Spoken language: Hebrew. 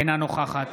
אינה נוכחת